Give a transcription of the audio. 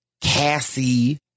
Cassie